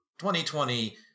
2020